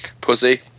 Pussy